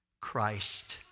Christ